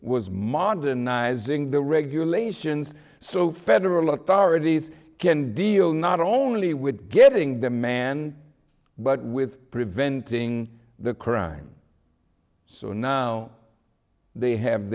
was modernizing the regulations so federal authorities can deal not only with getting the man but with preventing the crime so now they have